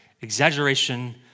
exaggeration